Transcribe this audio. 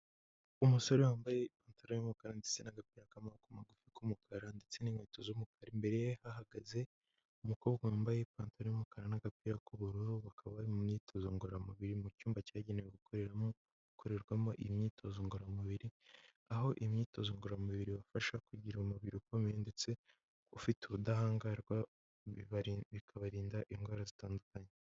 Umusore wambaye ipantaro yumukara ndetse nagapira kamaboko magufi k'umukara, ndetse n'inkweto z'umukara, imbere ye hahagaze umukobwa wambaye ipantaro y'umukara n'agapira k'ubururu, bakaba bari mu myitozo ngororamubiri mu cyumba cyagenewe gukoreramo iyi imyitozo ngororamubiri, aho imyitozo ngororamubiri ibafasha kugira umubiri ukomeye ndetse ufite ubudahangarwa, bikabarinda indwara zitandukanye.